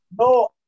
no